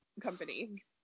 company